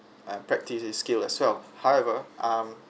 ah practise this skill as well however um